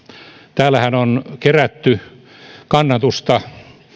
täällähän on kerätty kannatusta